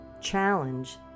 challenge